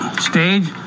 stage